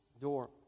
door